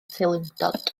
teilyngdod